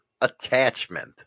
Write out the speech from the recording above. attachment